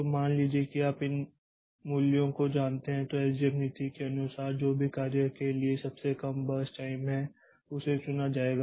तो मान लीजिए कि आप इन मूल्यों को जानते हैं तो एसजेएफ नीति के अनुसार जो भी कार्य के लिए सबसे कम बर्स्ट टाइम है उसे चुना जाएगा